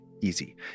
easy